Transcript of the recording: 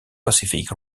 pacific